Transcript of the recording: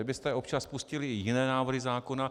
A kdybyste občas pustili i jiné návrhy zákona...